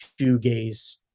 shoegaze